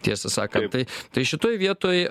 tiesą sakant tai tai šitoj vietoj